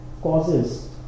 causes